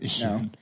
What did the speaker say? No